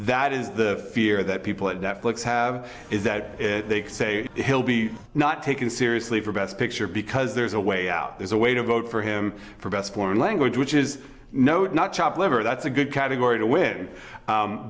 that is the fear that people at netflix have is that they say he'll be not taken seriously for best picture because there's a way out there's a way to vote for him for best foreign language which is note not chopped liver that's a good category to win